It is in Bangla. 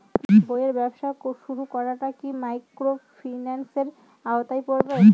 বইয়ের ব্যবসা শুরু করাটা কি মাইক্রোফিন্যান্সের আওতায় পড়বে?